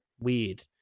Weird